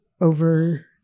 over